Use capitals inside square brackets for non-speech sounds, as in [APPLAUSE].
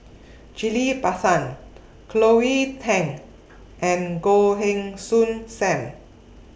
[NOISE] Ghillie BaSan Cleo Thang and Goh Heng Soon SAM